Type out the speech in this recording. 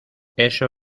eso